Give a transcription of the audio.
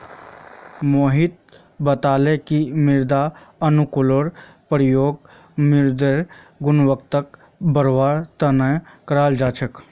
मोहित बताले कि मृदा अनुकूलककेर प्रयोग मृदारेर गुणवत्ताक बढ़वार तना कराल जा छेक